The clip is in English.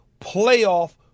playoff